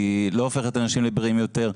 היא לא הופכת אנשים לבריאים יותר.